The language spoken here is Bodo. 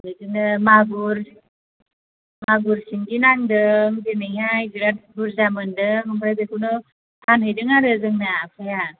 बिदिनो मागुर सिंगि नांदों दिनैहाय बिराथ बुरजा मोनदों ओमफ्राय बेखौनो फानहैदों आरो जोंना आफाया